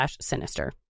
Sinister